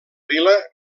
vila